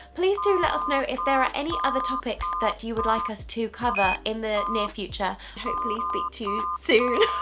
please do let us know if there are any other topics that you would like us to cover in the near future hopefully speak too soon